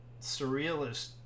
surrealist